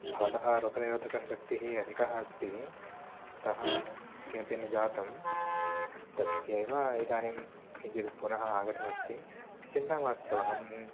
भवतः रोगनिरोधकशक्तिः अधिकः अस्ति अतः किमपि न जातं तस्येव किञ्चित् पुनः आगतमस्ति चिन्ता मास्तु अहम्